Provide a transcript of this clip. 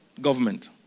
government